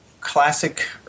classic